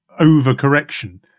overcorrection